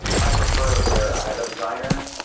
i prefer it where i have a designer.